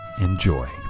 Enjoy